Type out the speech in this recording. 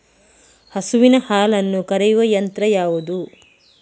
ಹಸುವಿನ ಹಾಲನ್ನು ಕರೆಯುವ ಯಂತ್ರ ಯಾವುದು?